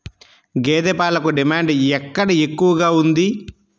గేదె పాలకు డిమాండ్ ఎక్కడ ఎక్కువగా ఉంది?